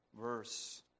verse